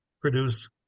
produce